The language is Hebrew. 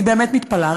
אני באמת מתפלאה,